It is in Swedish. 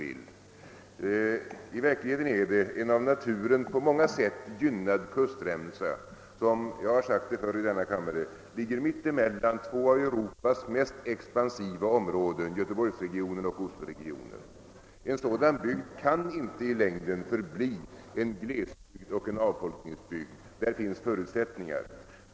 I verkligheten rör det sig om en av naturen på många sätt gynnad kustremsa som, och det har jag framhållit tidigare i denna kammare, ligger mitt emellan två av Europas mest expansiva områden — göteborgsregionen och osloregionen. En sådan bygd kan inte i längden förbli glesbygd och avfolkningsbygd, ty där finns förutsättningar.